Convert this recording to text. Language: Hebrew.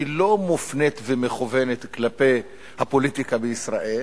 מופנית ומכוונת כלפי הפוליטיקה בישראל,